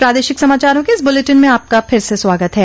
प्रादेशिक समाचारों के इस बुलेटिन में आपका फिर से स्वागत है